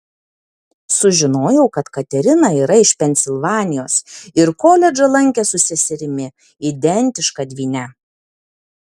sužinojau kad katerina yra iš pensilvanijos ir koledžą lankė su seserimi identiška dvyne